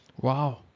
Wow